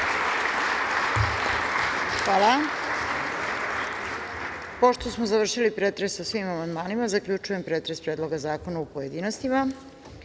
Hvala. Pošto smo završili pretres o svim amandmanima, zaključujem pretres Predloga zakona u pojedinostima. Pošto